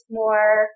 more